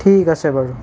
ঠিক আছে বাৰু